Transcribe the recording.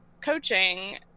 coaching